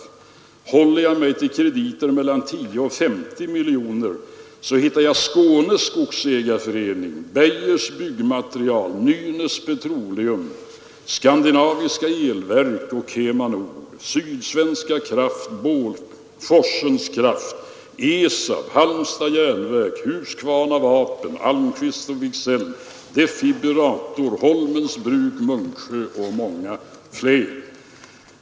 Håller jag mig till krediter mellan 10 miljoner Nr 98 och 50 miljoner, hittar jag Skånes skogsägareförening, Beijer bygg Torsdagen den material, Nynäs petroleum, Skandinaviska elverk, KemaNord, Sydsvenska 24 maj 1973 kraft, Bålforsens kraft AB, Esab, Halmstads järnverk, Husqvarna vapen fabrik, Almqvist & Wiksell, Defibrator, Holmens bruk, Munksjö och = Allmänna pensionsmånga fler.